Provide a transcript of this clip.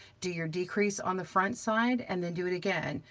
do your decrease on the front side, and then do it again.